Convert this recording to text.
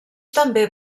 també